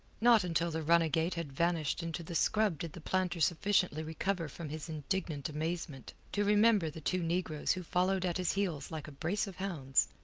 not until the runagate had vanished into the scrub did the planter sufficiently recover from his indignant amazement to remember the two negroes who followed at his heels like a brace of hounds.